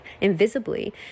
invisibly